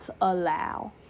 allow